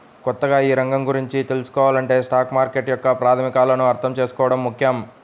కొత్తగా ఈ రంగం గురించి తెల్సుకోవాలంటే స్టాక్ మార్కెట్ యొక్క ప్రాథమికాలను అర్థం చేసుకోవడం ముఖ్యం